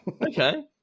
Okay